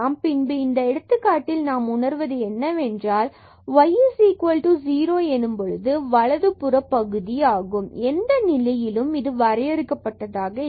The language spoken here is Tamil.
பின்பு இந்த எடுத்துக்காட்டில் நாம் உணர்வது என்னவென்றால் y0 எனும் பொழுது வலது புற பகுதி ஆகும் எந்த நிலையிலும் இது வரையறுக்கப்பட்டதாக இல்லை